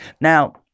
Now